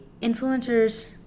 influencers